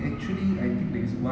velaiilla pattadhari